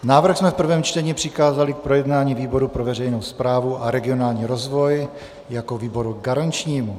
Návrh jsme v prvém čtení přikázali k projednání výboru pro veřejnou správu a regionální rozvoj jako výboru garančnímu.